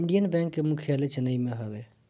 Indian bank कअ मुख्यालय चेन्नई में हवे